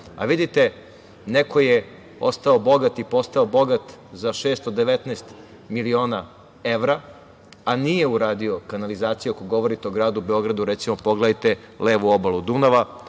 Vidite neko je ostao bogat i postao bogat za 619 miliona evra, a nije uradio kanalizaciju ako govorite o gradu Beogradu. Recimo, pogledajte levu obalu Dunava.U